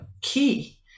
key